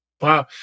Wow